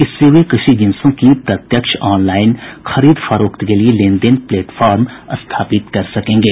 इससे वे कृषि जिन्सों की प्रत्यक्ष ऑनलाइन खरीद फरोख्त के लिए लेन देन प्लेटफॉर्म स्थापित कर सकेंगे